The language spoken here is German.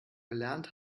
gelernt